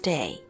Day